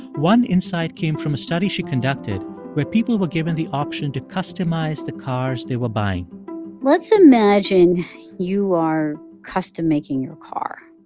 one insight came from a study she conducted where people were given the option to customize the cars they were buying let's imagine you are custom making your car.